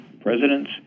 presidents